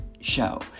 show